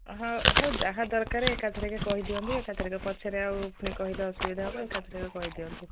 ହଁ ହଉ ଯାହା ଦରକାରେ ଏକାଥରେକ କହିଦିଅନ୍ତୁ ଏକାଥରେକ ପଛରେ ଆଉ ପୁଣି କହିଲେ ଅସୁବିଧା ହେବ ଏକାଥରେକ କହିଦିଅନ୍ତୁ